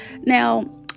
Now